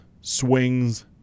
Swings